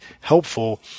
helpful